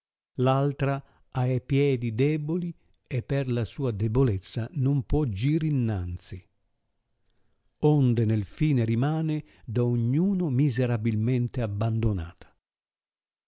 ha e piedi deboli e per la sua debolezza non può gir innanzi onde nel fine rimane da ogn uno miserabilmente abbandonata